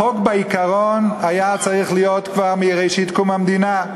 החוק, בעיקרון, היה צריך להיות כבר מקום המדינה.